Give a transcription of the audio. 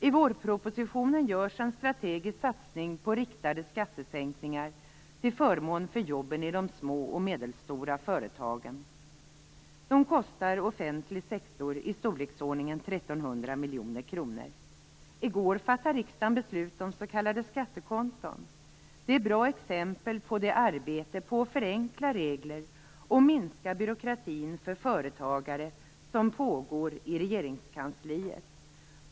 I vårpropositionen görs en strategisk satsning på riktade skattesänkningar till förmån för jobben i de små och medelstora företagen. De kostar offentlig sektor i storleksordningen 1 300 miljoner kronor. I går fattade riksdagen beslut om s.k. skattekonton. Dessa är ett bra exempel på det arbete med att förenkla reglerna och minska byråkratin för företagare som pågår i Regeringskansliet.